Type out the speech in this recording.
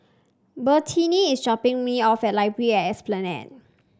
Bertina is dropping me off at Library at Esplanade